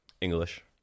English